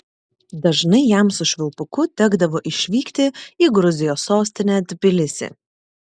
dažnai jam su švilpuku tekdavo išvykti į gruzijos sostinę tbilisį